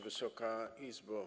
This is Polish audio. Wysoka Izbo!